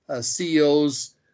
CEOs